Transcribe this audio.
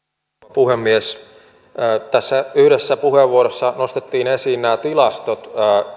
puhemies yhdessä puheenvuorossa nostettiin esiin nämä tilastot